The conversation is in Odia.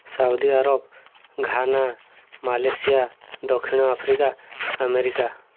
ସାଉଦିଆରବ ଘାନା ମାଲେସିଆ ଦକ୍ଷିଣ ଆଫ୍ରିକା ଆମେରିକା